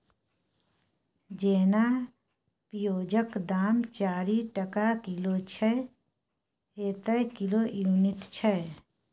जेना पिओजक दाम चारि टका किलो छै एतय किलो युनिट छै